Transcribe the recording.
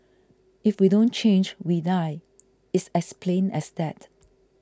if we don't change we die it's as plain as that